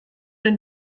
den